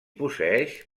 posseeix